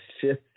fifth